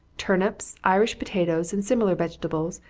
turnips, irish potatoes, and similar vegetables,